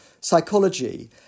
psychology